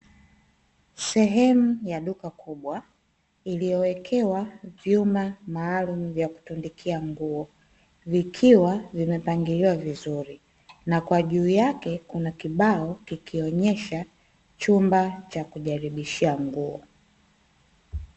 Sehemu ya duka kubwa iliyowekewa vyuma maalumu vya kutundikia nguo, vikiwa vimepangiliwa vizuri. Na kwa juu yake kuna kibao kikionyesha chumba cha kujaribishia nguo.